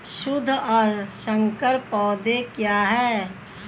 शुद्ध और संकर पौधे क्या हैं?